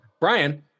Brian